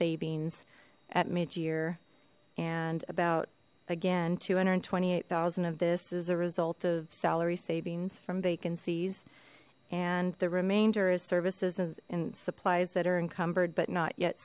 savings at mid year and about again two hundred twenty eight thousand of this as a result of salary savings from vacancies and the remainder is services and supplies that are encumbered but not yet